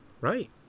Right